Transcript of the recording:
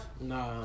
Nah